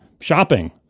Shopping